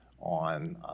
on